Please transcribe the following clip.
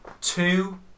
Two